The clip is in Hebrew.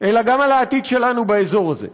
אלא גם על העתיד שלנו באזור הזה.